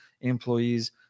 employees